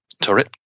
Turret